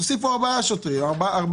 תוסיפו ארבעה סוהרים,